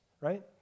right